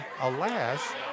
alas